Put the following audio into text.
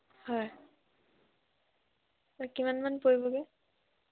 হয় এই কিমানমান পৰিবগৈ